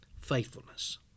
faithfulness